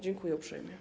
Dziękuję uprzejmie.